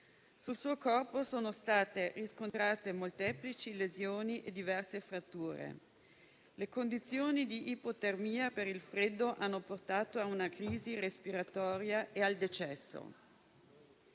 Sul suo corpo sono state riscontrate molteplici lesioni e diverse fratture. Le condizioni di ipotermia per il freddo hanno portato a una crisi respiratoria e al decesso.